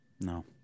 No